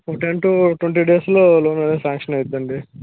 ఒక ten to twenty డేస్లో loan అనేది శాంక్షన్ అవుతుందండీ అయ్యుద్దండి